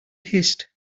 hissed